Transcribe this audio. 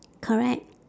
correct